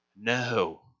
No